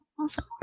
Awesome